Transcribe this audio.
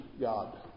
God